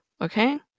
Okay